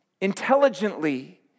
intelligently